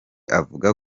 avuga